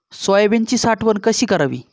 सोयाबीनची साठवण कशी करावी?